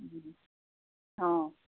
অঁ